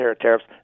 tariffs